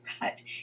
cut